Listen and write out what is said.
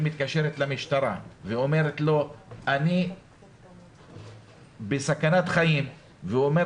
היא מתקשרת למשטרה ואומרת 'אני בסכנת חיים' והוא אומר